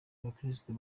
abakirisitu